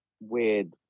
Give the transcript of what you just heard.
weird